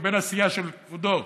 ובין הסיעה של כבודו